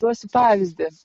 duosiu pavyzdį